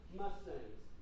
mustangs